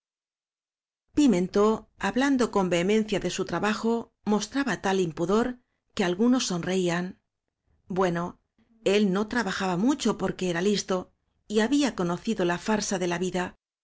piment hablando con vehemencia de su trabajo mostraba tal impudor que algunos sonreían bueno él no trabajaba mucho por que era listo y había conocido la farsa de la vida